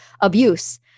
abuse